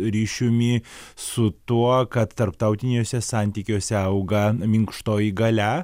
ryšiumi su tuo kad tarptautiniuose santykiuose auga minkštoji galia